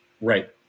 Right